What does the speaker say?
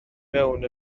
mewn